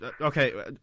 Okay